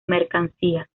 mercancías